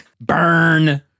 Burn